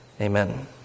Amen